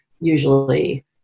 usually